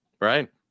right